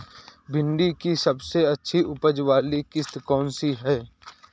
भिंडी की सबसे अच्छी उपज वाली किश्त कौन सी है?